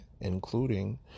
including